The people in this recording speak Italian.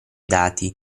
dati